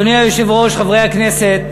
אדוני היושב-ראש, חברי הכנסת,